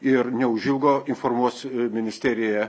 ir neužilgo informuos ministeriją